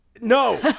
No